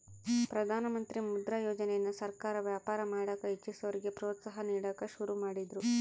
ಪ್ರಧಾನಮಂತ್ರಿ ಮುದ್ರಾ ಯೋಜನೆಯನ್ನ ಸರ್ಕಾರ ವ್ಯಾಪಾರ ಮಾಡಕ ಇಚ್ಚಿಸೋರಿಗೆ ಪ್ರೋತ್ಸಾಹ ನೀಡಕ ಶುರು ಮಾಡಿದ್ರು